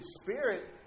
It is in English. spirit